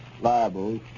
liable